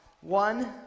One